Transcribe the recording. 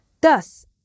Thus